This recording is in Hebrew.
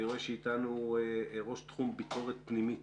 אני רואה שנמצא אתנו ראש תחום ביקורת פנימית